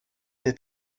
est